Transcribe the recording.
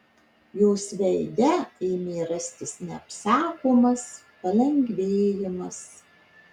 jos veide ėmė rastis neapsakomas palengvėjimas